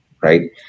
right